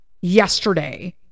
yesterday